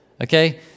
Okay